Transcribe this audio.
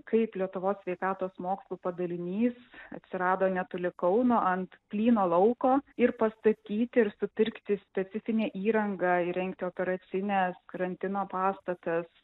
kaip lietuvos sveikatos mokslų padalinys atsirado netoli kauno ant plyno lauko ir pastatyti ir supirkti specifinę įrangą įrengti operacinę karantino pastatas